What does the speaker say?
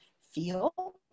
feel